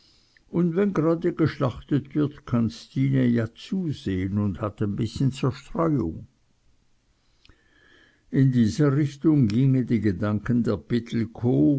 und wenn jrade geschlachtet wird kann stine ja zusehn und hat en bißchen zerstreuung in dieser richtung gingen die gedanken der pittelkow